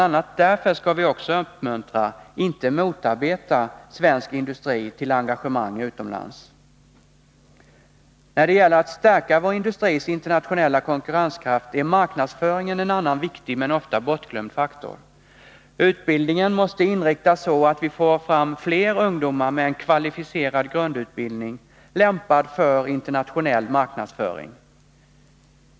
a. därför skall vi också uppmuntra, inte motarbeta, svensk industri till engagemang utomlands. När det gäller att stärka vår industris internationella konkurrenskraft är marknadsföringen en annan viktig, men ofta bortglömd faktor. Utbildningen måste inriktas så, att vi får fram fler ungdomar med en kvalificerad grundutbildning, lämpad för internationell marknadsföring.